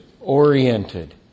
oriented